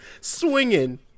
swinging